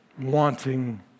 wanting